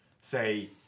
say